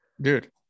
dude